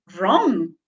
wrong